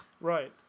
Right